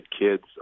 kids